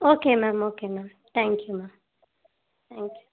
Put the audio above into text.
okay ma'am okay ma'am thank you ma'am thank you